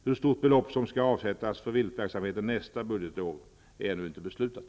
Hur stort belopp som skall avsättas för viltverksamheten nästa budgetår är ännu inte beslutat.